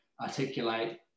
articulate